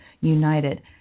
United